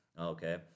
Okay